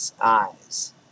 eyes